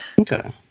Okay